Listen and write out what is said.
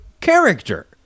character